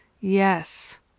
Yes